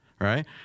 right